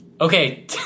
Okay